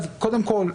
קודם כל,